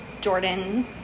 jordans